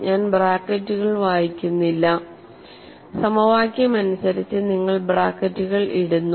ഞാൻ ബ്രാക്കറ്റുകൾ വായിക്കുന്നില്ല സമവാക്യം അനുസരിച്ച് നിങ്ങൾ ബ്രാക്കറ്റുകൾ ഇടുന്നു